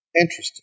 Interesting